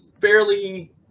fairly